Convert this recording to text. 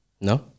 no